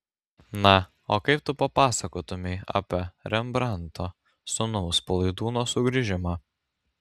na o kaip tu papasakotumei apie rembrandto sūnaus palaidūno sugrįžimą